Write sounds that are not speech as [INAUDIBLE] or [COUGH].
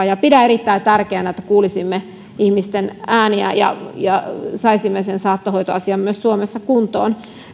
[UNINTELLIGIBLE] ja pidän erittäin tärkeänä että kuulisimme ihmisten ääniä ja ja saisimme saattohoitoasian myös suomessa kuntoon